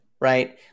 right